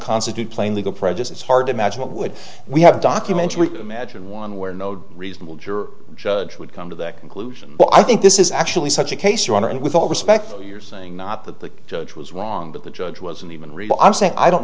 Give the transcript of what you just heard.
constitute playing legal prejudice it's hard to imagine what would we have documentary imagine one where no reasonable juror judge would come to that conclusion but i think this is actually such a case your honor and with all respect you're saying not that the judge was wrong but the judge wasn't even real i'm saying i don't